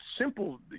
simple